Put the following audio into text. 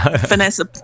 Vanessa